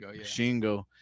Shingo